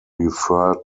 referred